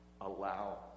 allow